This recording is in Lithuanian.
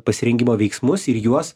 pasirengimo veiksmus ir juos